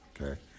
okay